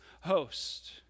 host